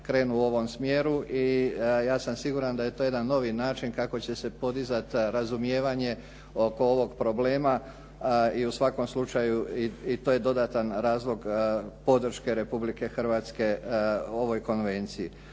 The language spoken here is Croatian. krenu u ovom smjeru i ja sam siguran da je to jedan novi način kako će se podizati razumijevanje oko ovog problema. I u svakom slučaju to je dodatan razlog podrške Republike Hrvatske ovoj konvenciji.